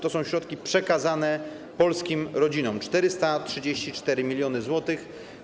To są środki przekazane polskim rodzinom, 434 mln zł.